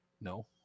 No